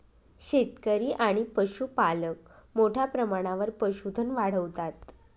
शेतकरी आणि पशुपालक मोठ्या प्रमाणावर पशुधन वाढवतात